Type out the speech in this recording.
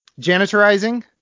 Janitorizing